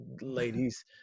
ladies